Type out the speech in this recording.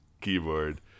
keyboard